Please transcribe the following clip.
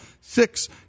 Six